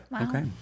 Okay